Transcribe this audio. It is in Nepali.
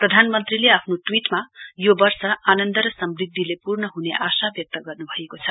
प्रधानमन्त्रीले आफ्नो ट्वीटमा यो वर्ष आनन्द र समूद्धिले पूर्ण हुने आशा व्यक्त गर्न भएको छ